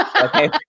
okay